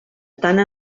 tant